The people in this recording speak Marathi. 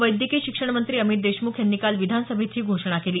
वैद्यकीय शिक्षण मंत्री अमित देशमुख यांनी काल विधानसभेत ही घोषणा केली